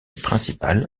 principal